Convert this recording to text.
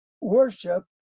worship